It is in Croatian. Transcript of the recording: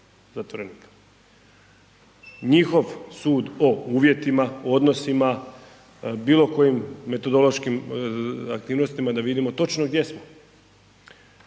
zatvorenika, njihov sud o uvjetima, odnosima, bilo kojim metodološkim aktivnostima da vidimo točno gdje smo,